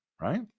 right